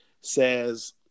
says